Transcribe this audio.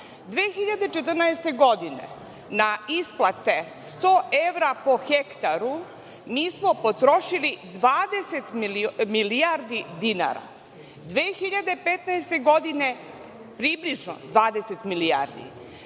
2014. na isplate 100 evra po ha mi smo potrošili 20 milijardi dinara, a 2015. godine približno 20 milijardi.